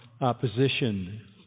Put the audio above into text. opposition